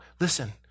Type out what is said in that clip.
listen